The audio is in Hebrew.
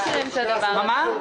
הדבר הזה.